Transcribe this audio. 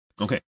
Okay